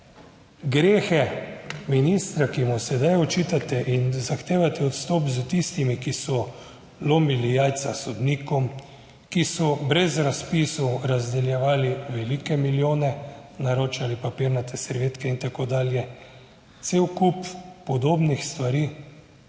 grehe ministra, ki mu sedaj očitate in zahtevati odstop s tistimi, ki so lomili jajca sodnikom, ki so brez razpisov razdeljevali velike milijone, naročali papirnate servetke in tako dalje, cel kup podobnih stvari,